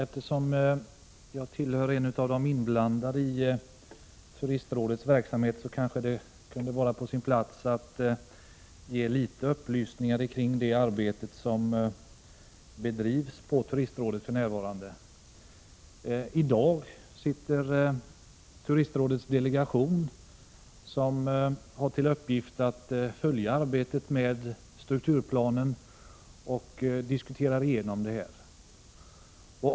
Fru talman! Eftersom jag är en av de inblandade i Turistrådets verksamhet kan det vara på sin plats att ge litet upplysningar kring det arbete som för närvarande bedrivs av Turistrådet. I dag sitter Turistrådets delegation, som har till uppgift att följa arbetet med strukturplanen, och diskuterar detta.